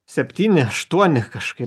septyni aštuoni kažkaip